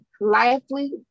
Lively